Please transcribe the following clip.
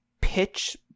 pitch